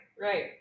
right